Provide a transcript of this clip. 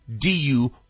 DU